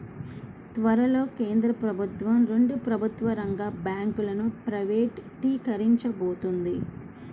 త్వరలో కేంద్ర ప్రభుత్వం రెండు ప్రభుత్వ రంగ బ్యాంకులను ప్రైవేటీకరించబోతోంది